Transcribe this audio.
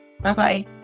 Bye-bye